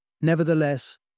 Nevertheless